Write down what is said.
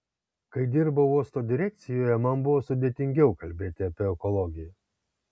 kai dirbau uosto direkcijoje man buvo sudėtingiau kalbėti apie ekologiją